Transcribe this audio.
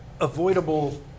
avoidable